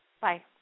Bye